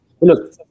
Look